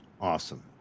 Awesome